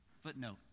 Footnote